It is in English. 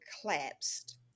collapsed